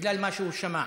בגלל מה שהוא שמע.